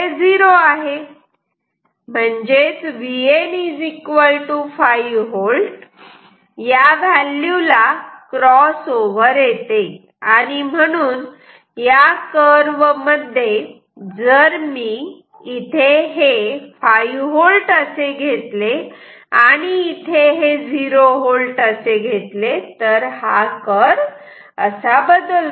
म्हणजेच Vn 5V या value ला क्रॉस ओवर येते आणि म्हणून या कर्व मध्ये जर मी इथे हे 5V असे घेतले आणि इथे हे 0 V असे घेतले तर हा कर्व असा बदलतो